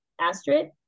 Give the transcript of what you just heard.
Astrid